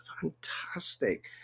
fantastic